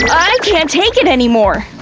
i can't take it anymore!